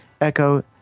echo